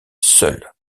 seul